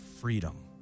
freedom